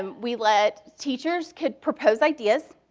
um we let teachers could propose ideas,